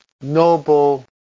noble